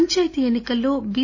పంచాయితీ ఎన్నికల్లో బి